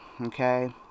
okay